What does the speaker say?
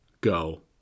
Go